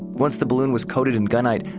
once the balloon was coated in gunite,